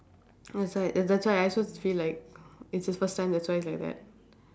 that's why ya that's why I also feel like it's his first time that's why like that